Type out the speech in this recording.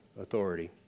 authority